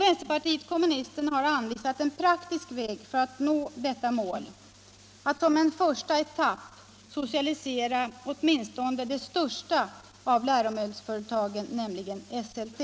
Vänsterpartiet kommunisterna har anvisat en praktisk väg att nå detta mål, nämligen att som en första etapp socialisera åtminstone det största av läromedelsföretagen, Esselte.